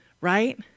right